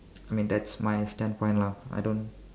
I mean that's my standpoint lah I don't